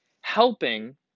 helping